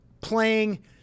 playing